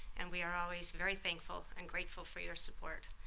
and we are always very thankful and grateful for your support.